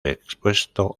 expuesto